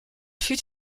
fut